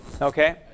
Okay